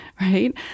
right